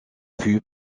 fut